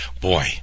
boy